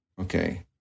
okay